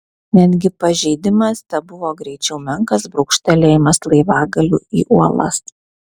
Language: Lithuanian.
netgi pažeidimas tebuvo greičiau menkas brūkštelėjimas laivagaliu į uolas